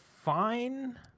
fine